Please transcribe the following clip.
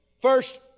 First